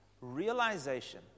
realization